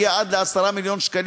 וזה יכול להגיע עד ל-10 מיליון שקלים